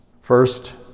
First